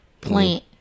plant